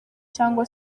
cyangwa